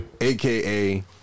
AKA